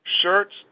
shirts